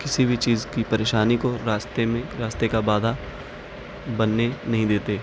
کسی بھی چیز کی پریشانی کو راستے میں راستے کا بادھا بننے نہیں دیتے